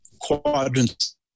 quadrants